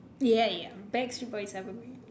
ya ya backstreet boys ah probably